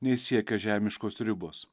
nei siekia žemiškos ribos